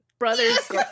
Brothers